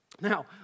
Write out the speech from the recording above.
Now